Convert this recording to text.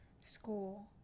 school